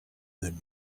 him